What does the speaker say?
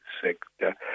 sector